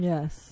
Yes